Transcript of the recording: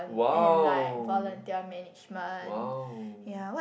!wow! !wow!